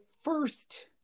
first